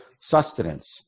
sustenance